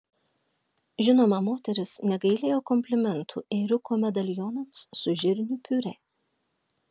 žinoma moteris negailėjo komplimentų ėriuko medalionams su žirnių piurė